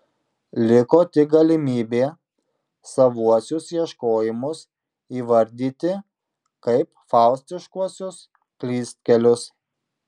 liko tik galimybė savuosius ieškojimus įvardyti kaip faustiškuosius klystkelius